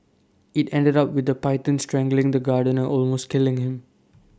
IT ended up with the python strangling the gardener are almost killing him